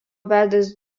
vedęs